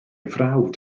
frawd